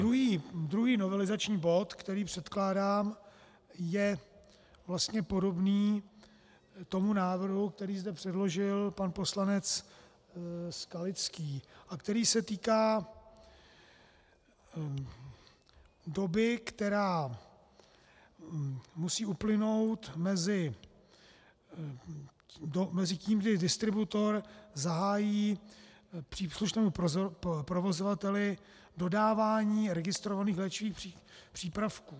Druhý novelizační bod, který předkládám, je vlastně podobný tomu návrhu, který zde předložil pan poslanec Skalický a který se týká doby, která musí uplynout mezi tím, kdy distributor zahájí příslušnému provozovateli dodávání registrovaných léčivých přípravků.